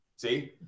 See